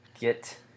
get